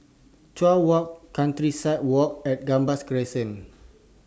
Chuan Walk Countryside Walk and Gambas Crescent